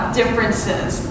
differences